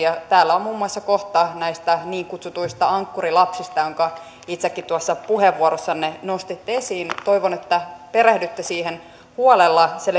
liittyen ja täällä on muun muassa kohta näistä niin kutsutuista ankkurilapsista jotka itsekin tuossa puheenvuorossanne nostitte esiin toivon että perehdytte siihen huolella se